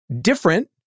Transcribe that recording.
different